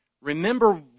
Remember